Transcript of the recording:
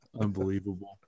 Unbelievable